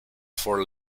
for